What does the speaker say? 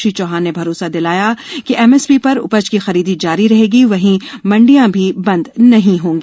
श्री चौहान ने भरोसा दिलाया कि एमएसपी पर उपज की खरीदी जारी रहेगी वहीं मंडियां भी बंद नहीं होंगी